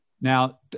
Now